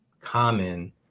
common